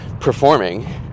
performing